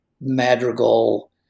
madrigal